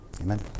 amen